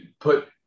put